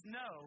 no